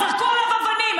זרקו עליו אבנים.